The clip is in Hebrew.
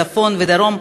צפון ודרום,